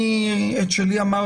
אני את שלי אמרתי.